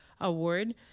Award